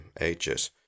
ages